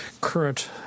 current